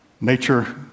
nature